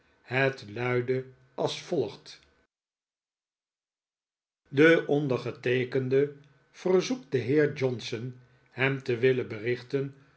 het luidde aldus de ondergeteekende verzoekt den heer johnson hem te willen berichten